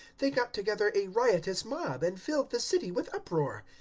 they got together a riotous mob and filled the city with uproar.